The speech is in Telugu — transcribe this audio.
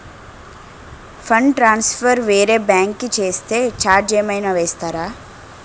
ఫండ్ ట్రాన్సఫర్ వేరే బ్యాంకు కి చేస్తే ఛార్జ్ ఏమైనా వేస్తారా?